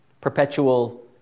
Perpetual